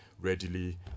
readily